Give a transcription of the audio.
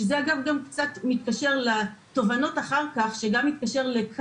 שזה אגב מתקשר קצת לתובנות אחר כך וגם לכאן.